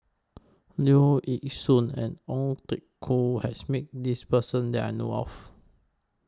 Leong Yee Soo and Ong Teng Koon has Met This Person that I know of